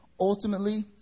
ultimately